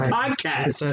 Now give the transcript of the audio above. podcast